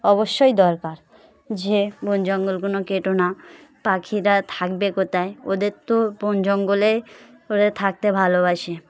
অবশ্যই দরকার যে বন জঙ্গল কেটে না পাখিরা থাকবে কোথায় ওদের তো বন জঙ্গলেই ওরা থাকতে ভালোবাসে